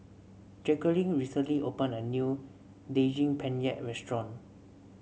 Jacquelin recently opened a new Daging Penyet Restaurant